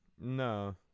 no